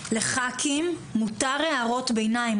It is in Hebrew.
לחברי הכנסת מותר הערות ביניים,